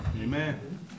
Amen